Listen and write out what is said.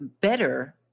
better